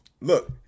look